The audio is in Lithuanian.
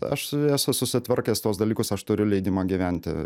aš esu susitvarkęs tuos dalykus aš turiu leidimą gyventi